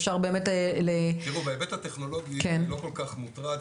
אפשר באמת ל- -- בהיבט הטכנולוגי אני לא כל כך מוטרד,